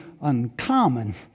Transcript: uncommon